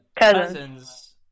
Cousins